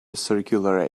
circular